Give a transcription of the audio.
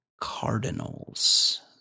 Cardinals